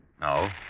No